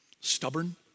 Stubborn